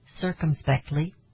circumspectly